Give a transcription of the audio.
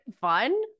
fun